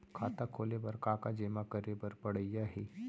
खाता खोले बर का का जेमा करे बर पढ़इया ही?